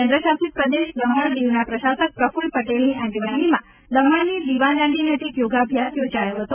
કેન્દ્રશાસિત પ્રદેશ દમણ દિવના પ્રશાસક પ્રફુલ પટેલની આગેવાનીમાં દમણની દિવાદાંડી નજીક યોગાભ્યાસ યોજાયો હતો